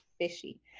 fishy